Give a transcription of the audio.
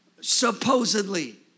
supposedly